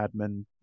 admin